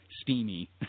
Steamy